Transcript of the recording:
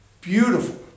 Beautiful